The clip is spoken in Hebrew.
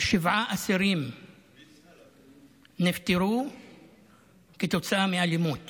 שבעה אסירים נפטרו כתוצאה מאלימות